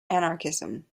anarchism